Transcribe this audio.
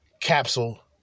Capsule